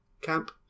camp